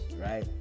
right